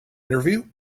interview